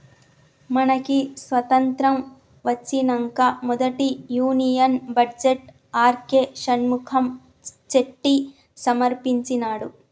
మనకి స్వతంత్రం ఒచ్చినంక మొదటి union budget R K Shanmukham Chetty సమర్పించినాడు